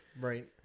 right